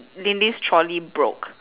lin lee's trolley broke